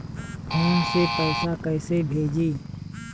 Phone से पैसा कैसे भेजी?